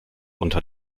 unter